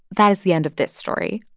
that is the end of this story.